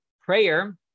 Prayer